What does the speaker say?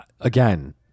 again